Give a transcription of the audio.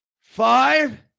five